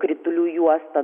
kritulių juosta